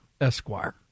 Esquire